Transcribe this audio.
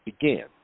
began